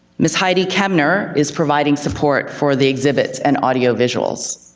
miss heidi kemner is providing support for the exhibits and audio visuals.